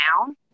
down